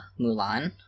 Mulan